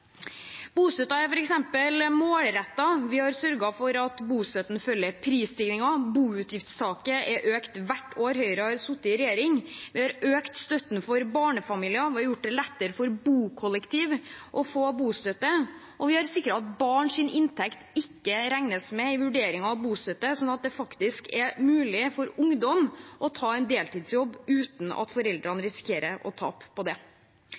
er f.eks. målrettet. Vi har sørget for at bostøtten følger prisstigningen. Boutgiftstaket er økt hvert år Høyre har sittet i regjering. Vi har økt støtten for barnefamilier og gjort det lettere for bokollektiv å få bostøtte. Og vi har sikret at barns inntekt ikke regnes med i vurderingen av bostøtte, sånn at det faktisk er mulig for ungdom å ta en deltidsjobb uten at foreldrene risikerer å tape på det.